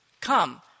come